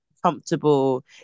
comfortable